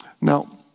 Now